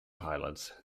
pilots